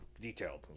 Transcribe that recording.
detailed